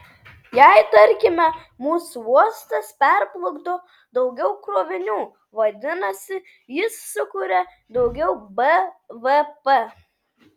jei tarkime mūsų uostas perplukdo daugiau krovinių vadinasi jis sukuria daugiau bvp